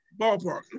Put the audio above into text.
ballpark